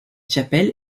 chapelle